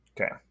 Okay